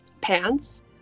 Pants